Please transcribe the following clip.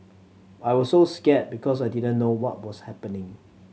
I was so scared because I didn't know what was happening